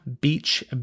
Beach